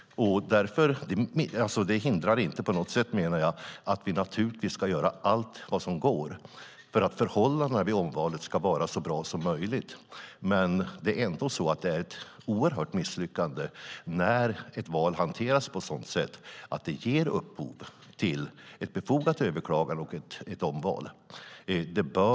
Det hindrar inte på något sätt, menar jag, att vi naturligtvis ska göra allt som går för att förhållandena vid omvalet ska vara så bra som möjligt. Men det är ändå ett oerhört misslyckande när ett val hanteras på ett sådant sätt att det ger upphov till ett befogat överklagande och ett omval.